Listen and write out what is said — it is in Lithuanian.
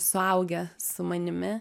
suaugę su manimi